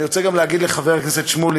אני רוצה להגיד גם לחבר הכנסת שמולי,